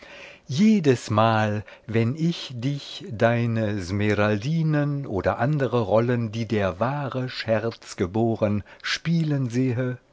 jedesmal wenn ich dich deine smeraldinen oder andere rollen die der wahre scherz geboren spielen sehe